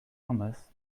hummus